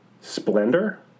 Splendor